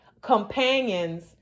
companions